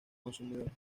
consumidores